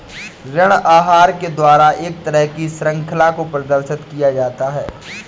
ऋण आहार के द्वारा एक तरह की शृंखला को प्रदर्शित किया जाता है